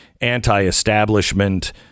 anti-establishment